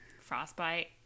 frostbite